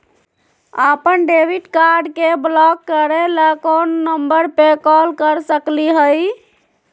अपन debit card के block करे ला कौन नंबर पे कॉल कर सकली हई?